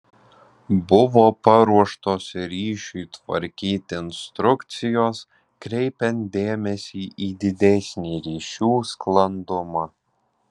buvo paruoštos ryšiui tvarkyti instrukcijos kreipiant dėmesį į didesnį ryšių sklandumą